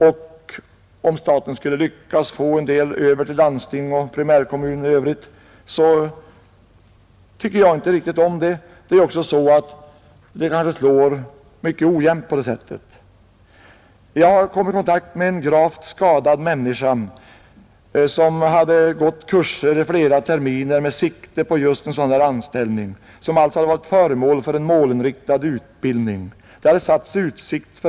Även om staten skulle lyckas få en del över till landsting och primärkommuner i övrigt, tycker jag inte riktigt om det. På det sättet slår det kanske mycket ojämnt. Jag har kommit i kontakt med en gravt skadad människa som har gått på kurser i flera terminer med sikte på just ett sådant här arbete, som hade ställts i utsikt för henne; hon hade alltså varit föremål för en målinriktad utbildning.